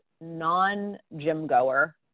non-gym-goer